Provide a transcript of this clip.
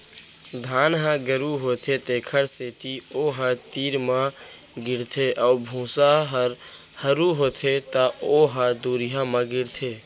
धान ह गरू होथे तेखर सेती ओ ह तीर म गिरथे अउ भूसा ह हरू होथे त ओ ह दुरिहा म गिरथे